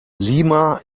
lima